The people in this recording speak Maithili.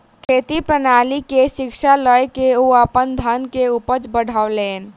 खेती प्रणाली के शिक्षा लय के ओ अपन धान के उपज बढ़ौलैन